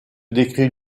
décrit